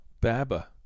Baba